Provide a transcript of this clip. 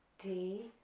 d,